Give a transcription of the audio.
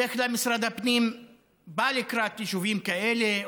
בדרך כלל משרד הפנים בא לקראת יישובים כאלה,